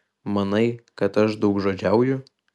manai kad aš daugžodžiauju